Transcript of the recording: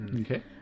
Okay